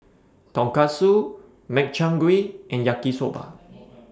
Tonkatsu Makchang Gui and Yaki Soba